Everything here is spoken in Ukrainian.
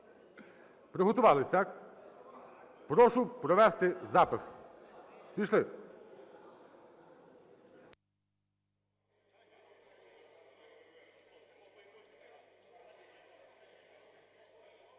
Приготувались, так? Прошу провести запис. Пішли.